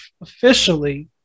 officially